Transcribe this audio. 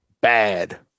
Bad